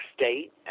State